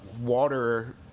water